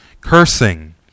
Cursing